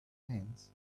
hands